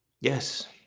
Yes